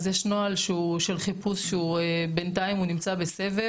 אז יש נוהל של חיפוש שבינתיים הוא נמצא בסבב,